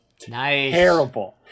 terrible